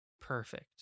perfect